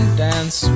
dance